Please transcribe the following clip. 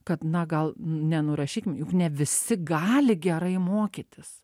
kad na gal nenurašykim juk ne visi gali gerai mokytis